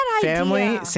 family